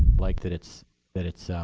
like that it's that it's so